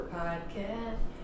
podcast